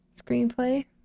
screenplay